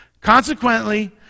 Consequently